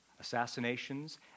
assassinations